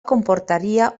comportaria